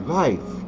life